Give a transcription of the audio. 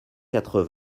quatre